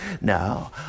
no